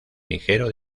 ligero